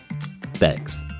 Thanks